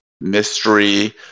mystery